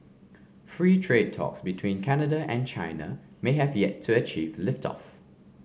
free trade talks between Canada and China may have yet to achieve lift off